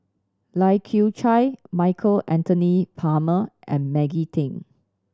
Lai Kew Chai Michael Anthony Palmer and Maggie Teng